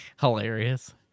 hilarious